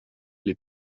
les